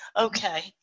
Okay